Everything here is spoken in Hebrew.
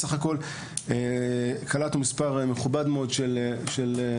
סך הכול קלטנו מספר מכובד מאוד של מפקחים,